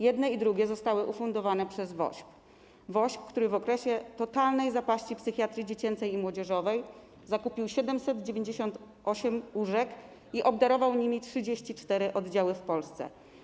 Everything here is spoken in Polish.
Jedne i drugie zostały ufundowane przez WOŚP - WOŚP, który w okresie totalnej zapaści psychiatrii dziecięcej i młodzieżowej zakupił 798 łóżek i obdarował nimi 34 oddziały w Polsce.